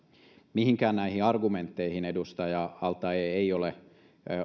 mihinkään näihin argumentteihin edustaja al taee ei ole